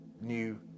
new